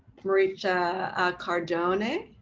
pricha acardone.